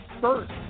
first